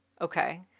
okay